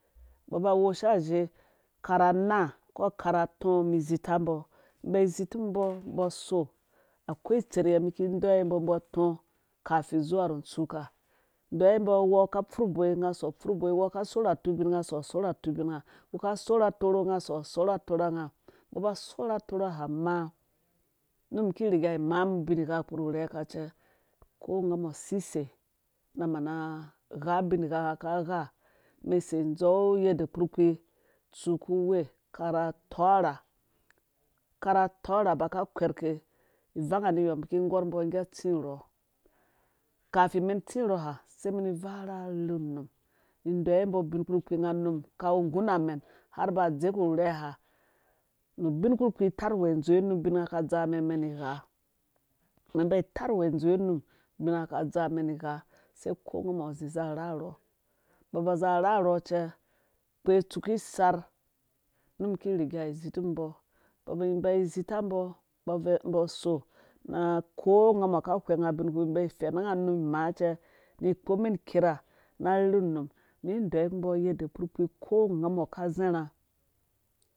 Umbɔ aba awosha azhe kara anna ko kara atɔɔ mi izita umbɔ inba izi tum mbɔ umbo so akoi itseryɛ umum iki ideyiwe umbɔ umbɔ atɔ̃ kufin zuwa ru untsuka indeyiwe umbɔ uwɔɔ ka ipfurh uboi unga aso apfurh boiɔ uwɔo ka sarh atibin unga aso sor atibinnga uwɔɔ ka isoratorho ungo aso asor atorha nga umbɔ ba sor atorho ha maa nu umum ki riga imaam ubingha kpu ru nrhɛka cɛ ko unga mɔ sisei na mana agha ubingha unga ka agha umɛn isei inder yende kpurkpi utsu ku we kara tɔɔ ha kara tɔɔrha ba ka akwɛrke ivanga niy mum ki igɔr umbɔ yɛ atsi urhɔ kafin umɛn itsi urhɔ ha sai umɛn ivara arherhe num indeyiwe umbo ubinkpurkpi unga unum ka wu ngguna umɛn har uba udzeku unrhɛ ha nu ubinkpurkpi iterwɛɛ indzo wɛ unum ubinnga ka adzaa umɛn igha umɛn iba itarwɛɛ indzowe unum ubinnga ka adzaa umen igha sari ko ungamɔ azi za arharhɔ umbɔ aba za arharhɔ cɛ ukpetsuki isar nu umum ki riga izitum umbɔ umbɔ abvui cembɔ aso na ko ungamɔ ka ahwɛnga ubin ibaifɛna unga ima cɛ ni ikpɔm ɛn ikerha na arhwehw num umumku umbɔ yende kpurkpi ko unga kai izaiha